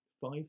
five